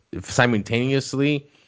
simultaneously